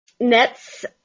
Nets